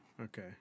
Okay